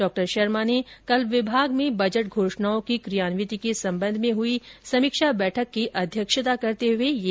डॉ शर्मा ने कल विभाग में बजट घोषणाओं की कियांविति के संबंध में हुई समीक्षा बैठक की अध्यक्षता कर रहे थे